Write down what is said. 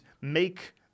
make